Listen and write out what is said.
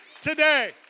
today